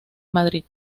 madrid